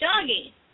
doggy